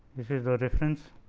this is the reference